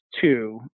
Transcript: two